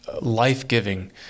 life-giving